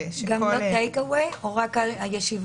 גם לא Take away או רק הישיבה?